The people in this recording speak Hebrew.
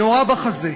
נורה בחזה.